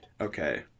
okay